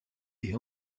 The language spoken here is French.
est